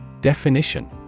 Definition